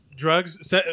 Drugs